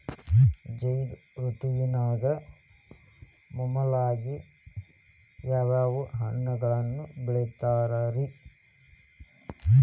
ಝೈದ್ ಋತುವಿನಾಗ ಮಾಮೂಲಾಗಿ ಯಾವ್ಯಾವ ಹಣ್ಣುಗಳನ್ನ ಬೆಳಿತಾರ ರೇ?